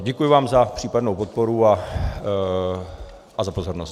Děkuji vám za případnou podporu a za pozornost.